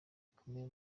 rikomeye